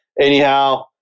anyhow